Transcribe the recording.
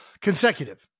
consecutive